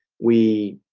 we